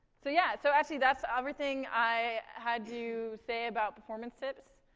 so yeah so actually that's ah everything i had to say about performance tips.